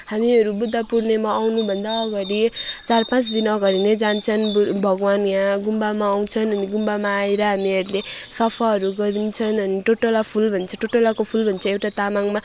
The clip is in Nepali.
हामीहरू बुद्ध पूर्णिमा आउनुभन्दा अगाडि चार पाँच दिन अगाडि नै जान्छौँ बु भगवान यहाँ गुम्बामा आउँछन् अनि गुम्बामा आएर हामीहरूले सफाहरू गरिन्छ अनि टोटला फुल भन्छ टोटलाको फुल भन्छ एउटा तामाङमा